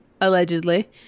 allegedly